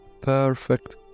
perfect